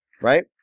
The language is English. right